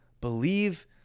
believe